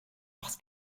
parce